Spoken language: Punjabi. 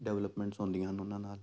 ਡਿਵਲਪਮੈਂਟਸ ਹੁੰਦੀਆਂ ਹਨ ਉਹਨਾਂ ਨਾਲ